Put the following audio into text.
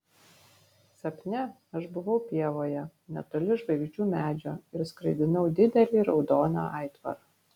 sapne aš buvau pievoje netoli žvaigždžių medžio ir skraidinau didelį raudoną aitvarą